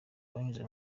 banyuze